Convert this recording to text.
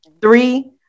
Three